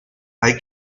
hay